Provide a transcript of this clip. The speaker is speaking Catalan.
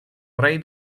rei